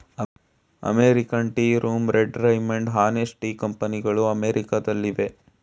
American tea room, red Raymond, Hanes tea ಕಂಪನಿಗಳು ಅಮೆರಿಕದಲ್ಲಿವೆ